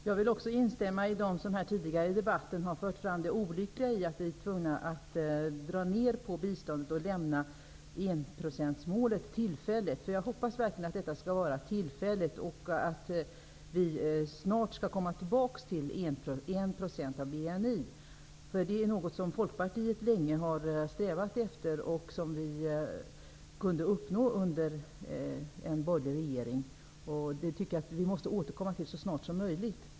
Herr talman! Också jag vill instämma med dem som här tidigare i debatten har fört fram det olyckliga i att vi är tvungna att dra ner på biståndet och tillfälligt överge enprocentsmålet. Jag hoppas verkligen att detta skall vara bara tillfälligt och att vi snart skall komma tillbaks till 1 % av BNI. Det är något som Folkpartiet länge har strävat efter och som kunde uppnås under en borgerlig regering. Jag tycker att vi så snart som möjligt måste återkomma till detta.